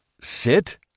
Sit